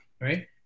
right